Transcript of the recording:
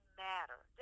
matter